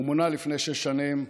הוא מונה לפני שש שנים,